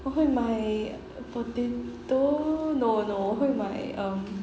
我会买 potato no no 我会买